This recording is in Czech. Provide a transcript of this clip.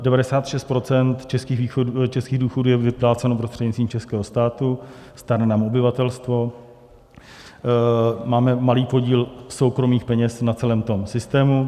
96 % českých důchodů je vypláceno prostřednictvím českého státu, stárne nám obyvatelstvo, máme malý podíl soukromých peněz na celém systému.